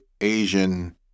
Asian